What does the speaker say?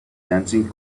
dancing